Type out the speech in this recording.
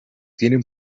tienen